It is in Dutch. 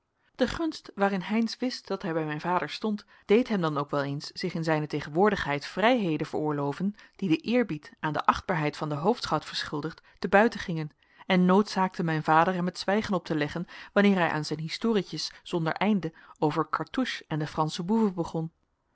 de gunst waarin heynsz wist dat hij bij mijn vader stond deed hem dan ook wel eens zich in zijne tegenwoordigheid vrijheden veroorloven die den eerbied aan de achtbaarheid van den hoofdschout verschuldigd te buiten gingen en noodzaakten mijn vader hem het zwijgen op te leggen wanneer hij aan zijn historietjes zonder einde over cartouche en de fransche boeven begon